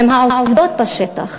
בעובדות בשטח.